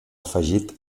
afegit